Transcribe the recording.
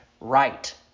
right